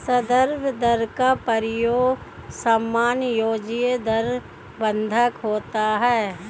संदर्भ दर का प्रयोग समायोज्य दर बंधक होता है